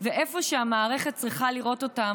איפה שהמערכת צריכה לראות אותם.